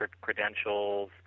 credentials